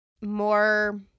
more